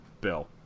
Bill